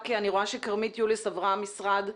אני רואה שכרמית יוליס עברה משרד,